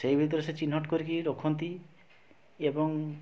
ସେଇ ଭିତରେ ସେ ଚିହ୍ନଟ କରିକି ରଖନ୍ତି ଏବଂ